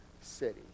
city